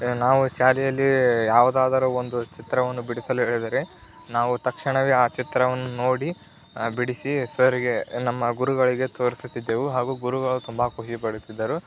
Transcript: ನಾವು ಶಾಲೆಯಲ್ಲಿ ಯಾವುದಾದರೂ ಒಂದು ಚಿತ್ರವನ್ನು ಬಿಡಿಸಲು ಹೇಳಿದರೆ ನಾವು ತಕ್ಷಣವೇ ಆ ಚಿತ್ರವನ್ನು ನೋಡಿ ಬಿಡಿಸಿ ಸರ್ಗೆ ನಮ್ಮ ಗುರುಗಳಿಗೆ ತೋರಿಸುತ್ತಿದ್ದೆವು ಹಾಗೂ ಗುರುಗಳು ತುಂಬ ಖುಷಿಪಡುತ್ತಿದ್ದರು